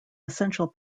essential